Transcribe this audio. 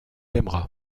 aimera